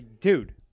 Dude